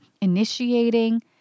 initiating